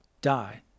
die